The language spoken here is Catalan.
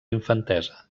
infantesa